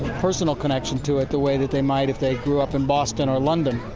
personal connection to it the way that they might if they grew up in boston or london.